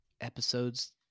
episodes